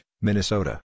Minnesota